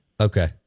Okay